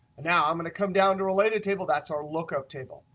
now i'm going to come down to related table. that's our lookup table.